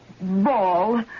ball